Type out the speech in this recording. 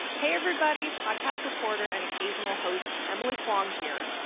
hey, everybody. podcast reporter and occasional host emily kwong here.